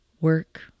Work